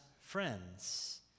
friends